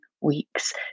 weeks